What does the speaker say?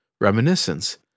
reminiscence